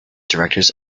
directors